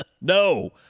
No